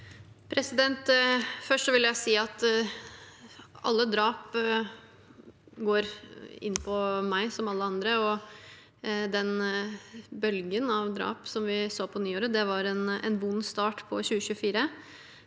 Først vil jeg si at alle drap går inn på meg, som alle andre, og den bølgen av drap vi så på nyåret, var en vond start på 2024.